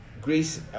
Greece